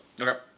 Okay